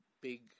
big